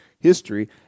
history